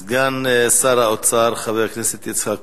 סגן שר האוצר, חבר הכנסת יצחק כהן,